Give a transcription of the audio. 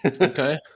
Okay